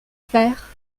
faire